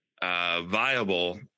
viable